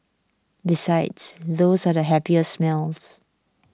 besides those are the happiest smells